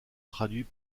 traduits